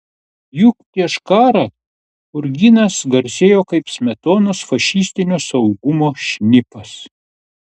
juk prieš karą churginas garsėjo kaip smetonos fašistinio saugumo šnipas